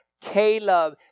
Caleb